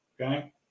Okay